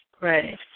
right